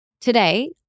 Today